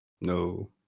No